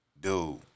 dude